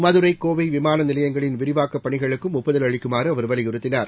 மதுரை னேவை விமான நிலையங்களின் விரிவாக்கப் பணிகளுக்கும் ஒப்புதல் அளிக்குமாறு அவர் வலியுறத்தினார்